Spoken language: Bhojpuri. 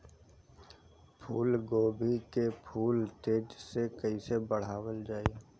फूल गोभी के फूल तेजी से कइसे बढ़ावल जाई?